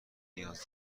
نیاز